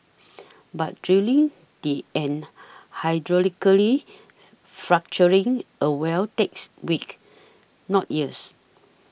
but drilling and hydraulically fracturing a well takes weeks not years